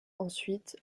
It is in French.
ensuite